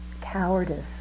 cowardice